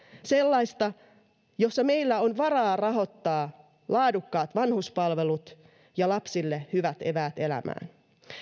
sellaista jossa meillä on varaa rahoittaa laadukkaat vanhuspalvelut ja lapsille hyvät eväät elämään